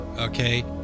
okay